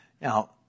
Now